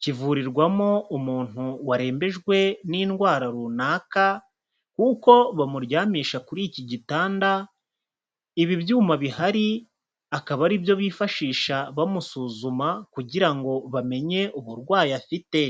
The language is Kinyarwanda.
kivurirwamo umuntu warembejwe n'indwara runaka kuko bamuryamisha kuri iki gitanda, ibi byuma bihari akaba aribyo bifashisha bamusuzuma kugira ngo bamenye uburwayi afite.